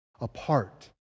apart